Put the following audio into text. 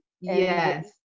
Yes